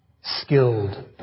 skilled